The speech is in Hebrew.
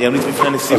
אני אמליץ בפני הנשיאות,